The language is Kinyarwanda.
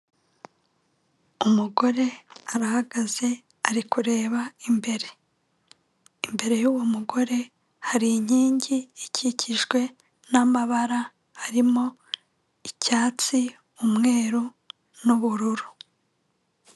Umugore arahagaze, ari kureba imbere. Imbere y'uwo mugore hari inkingi ikikijwe n'amabara harimo icyatsi, umweru n'ubururu.